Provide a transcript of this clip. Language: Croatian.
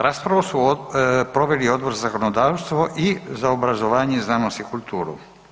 Raspravu su proveli Odbor za zakonodavstvo i za obrazovanje, znanost i kulturu.